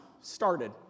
started